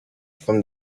from